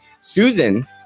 Susan